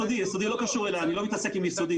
יסודי לא קשור אלי, אני לא מתעסק עם יסודי.